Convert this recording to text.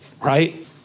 right